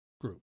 group